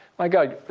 my god,